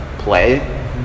Play